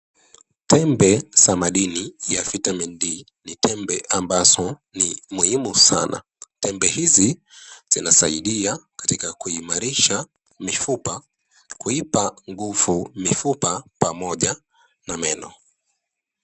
Tembe za madini ya vitamini D,ni tembe ambazo ni muhimu sana. Tembe hizi zinasaidia katika kuimarisha mifupa, kuipa nguvu mifupa pamoja na meno.